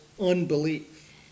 unbelief